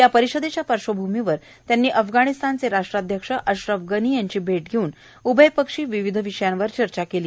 या परिषदेच्या पार्श्वभूमीवर त्यांनी अफगाणीस्तानचे राष्ट्राध्यक्ष अश्रफ घनी यांची भेट घेऊन उभयपक्षी विविध विषयांवर चर्चा केली